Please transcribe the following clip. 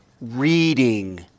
reading